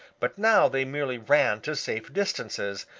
but now they merely ran to safe distances,